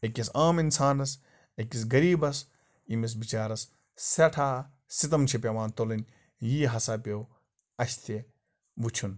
أکِس عام اِنسانَس أکِس غریٖبَس ییٚمِس بِچارَس سٮ۪ٹھاہ سِتَم چھِ پٮ۪وان تُلٕنۍ یی ہسا پیوٚو اَسہِ تہِ وٕچھُن